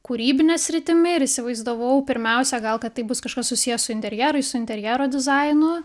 kūrybine sritimi ir įsivaizdavau pirmiausia gal kad tai bus kažkas susiję su interjerui su interjero dizainu